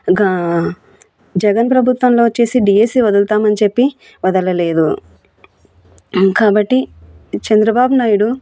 జగన్ ప్రభుత్వంలో వచ్చేసి డిఎస్సి వదులుతామని చెప్పి వదలలేదు కాబట్టి చంద్రబాబు నాయుడు